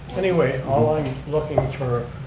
anyway, all i'm looking for,